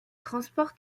transports